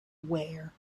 wear